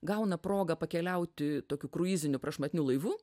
gauna progą pakeliauti tokiu kruiziniu prašmatniu laivu